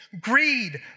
Greed